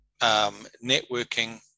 networking